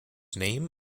name